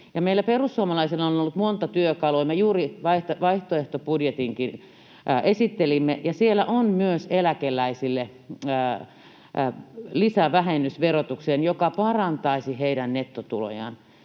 Meillä perussuomalaisilla on ollut monta työkalua. Me juuri vaihtoehtobudjetinkin esittelimme, ja siellä on myös eläkeläisille verotukseen lisävähennys, joka parantaisi heidän nettotulojaan.